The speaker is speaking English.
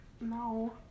no